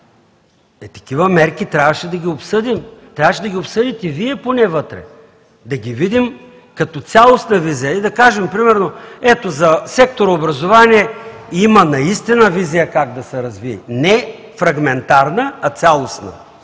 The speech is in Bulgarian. Ето такива мерки трябваше да обсъдим. Трябваше да ги обсъдите поне Вие вътре, да ги видим като цялостна визия и да кажем примерно: ето за сектор „Образование“ има наистина визия как да се развие, не фрагментарна, а цялостна.